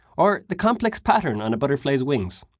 or the complex pattern on a butterfly's wings.